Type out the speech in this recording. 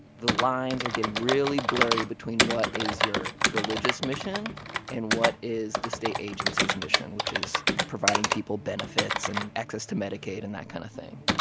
the lines are getting really blurry between what is your religious mission and what is the state agency's mission, which is providing people benefits and access to medicaid and that kind of thing.